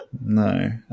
No